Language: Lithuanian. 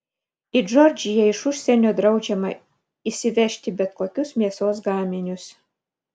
į džordžiją iš užsienio draudžiama įsivežti bet kokius mėsos gaminius